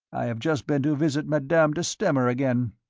i have just been to visit madame de stamer again.